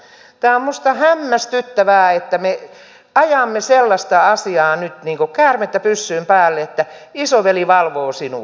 tämä on minusta hämmästyttävää että me ajamme nyt sellaista asiaa niin kuin käärmettä pyssyyn että isoveli valvoo sinua